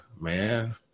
man